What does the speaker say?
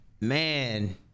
Man